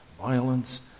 violence